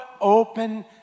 open